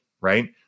right